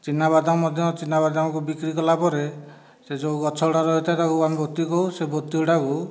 ଚିନାବାଦାମ ମଧ୍ୟ ଚିନାବାଦାମ କୁ ବିକ୍ରି କଲା ପରେ ସେ ଯେଉଁ ଗଛ ଗୁଡ଼ା କ ରହିଥାଏ ତାକୁ ଆମେ ଗୁତ୍ତି କହୁ ସେ ଗୁତ୍ତି ଗୁଡ଼ାକୁ